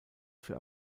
für